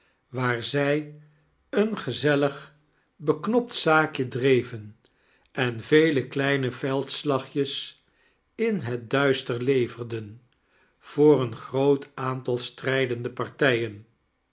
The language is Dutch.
waar zij een gezellig beknopt zaakje dreven en vele kleine veldslagjes in het duister lever-den voor een groot aantal strijdende partijen